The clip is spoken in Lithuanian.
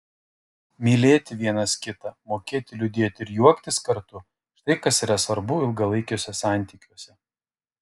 mylėti vienas kitą mokėti liūdėti ir juoktis kartu štai kas yra svarbu ilgalaikiuose santykiuose